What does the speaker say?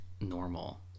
normal